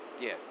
Yes